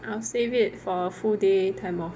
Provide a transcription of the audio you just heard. I will save it for a full day time off